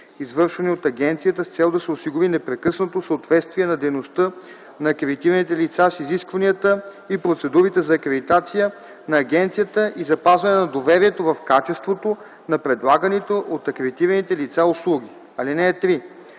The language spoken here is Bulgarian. извършвани от агенцията, с цел да се осигури непрекъснато съответствие на дейността на акредитираните лица с изискванията и процедурите за акредитация на агенцията и запазване на доверието в качеството на предлаганите от акредитираните лица услуги. (3)